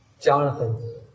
Jonathan